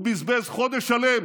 הוא בזבז חודש שלם.